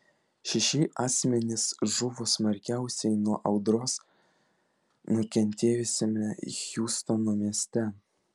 šeši asmenys žuvo smarkiausiai nuo audros nukentėjusiame hjustono mieste